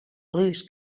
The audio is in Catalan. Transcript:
lewis